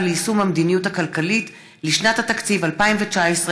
ליישום המדיניות הכלכלית לשנת התקציב 2019),